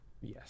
Yes